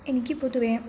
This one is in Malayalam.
എനിക്ക് പൊതുവെ